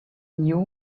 knew